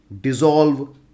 dissolve